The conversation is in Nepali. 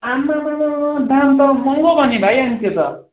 आम्मामामामामा दाम त महँगो भयो नि भाइ अनि त्यो त